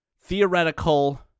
theoretical